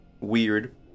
weird